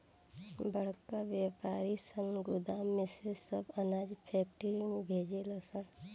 बड़का वायपारी सन गोदाम में से सब अनाज फैक्ट्री में भेजे ले सन